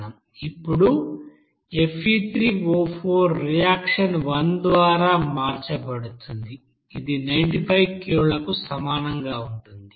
ఇప్పుడు Fe3O4 reaction 1 ద్వారా మార్చబడుతుంది ఇది 95 కిలోలకు సమానంగా ఉంటుంది